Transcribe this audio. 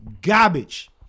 Garbage